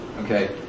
okay